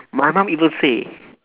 my mum even say